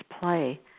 play